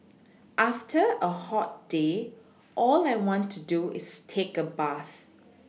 after a hot day all I want to do is take a bath